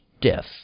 death